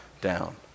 down